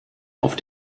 auf